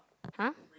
!huh!